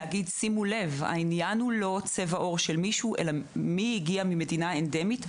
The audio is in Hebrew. המסר של המכתב הוא שהעניין אינו צבע העור אלא מי הגיע ממדינה אנדמית.